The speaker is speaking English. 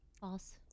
False